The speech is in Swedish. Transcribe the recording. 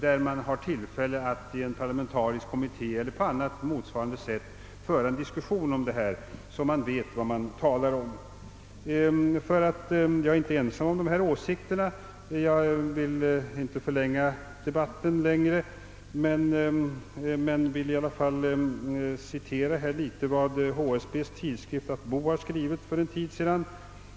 Därigenom skulle man få tillfälle att i en parlamentarisk kommitté eller på annat motsvarande sätt diskutera det hela, så att man i fortsättningen vet vad man talar om. Jag vill inte förlänga debatten ytterligare, men jag ber i alla fall, för att visa att jag inte är ensam om dessa åsikter, att få citera vad HSB:s tidskrift »att bo» skrivit för en tid sedan.